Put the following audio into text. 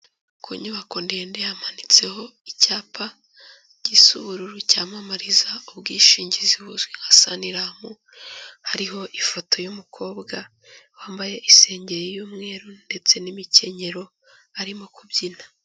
Ku nyubako ndende hamanitseho icyapa gisa ubururu, cyamamariza ubwishingizi buzwi nka Saniramu. Hariho ifoto y'umukobwa wambaye isengeri y'umweru, ndetse n'imikenyero arimo kubyina.